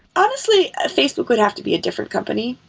honestly, facebook would have to be a different company,